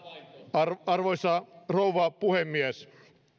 arvoisa arvoisa rouva puhemies